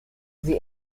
sie